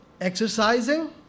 Exercising